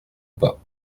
pas